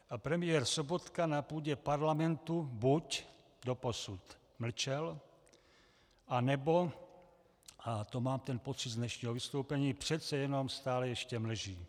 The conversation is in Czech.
A premiér Sobotka na půdě parlamentu buď doposud mlčel, anebo, a to mám ten pocit z dnešního vystoupení, přece jenom stále ještě mlží.